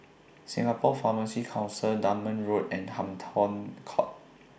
Singapore Pharmacy Council Dunman Road and Hampton Court